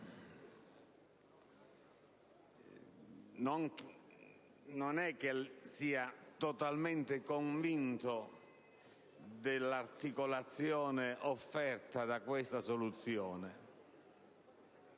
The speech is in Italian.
non sono totalmente convinto dell'articolazione offerta da questa soluzione.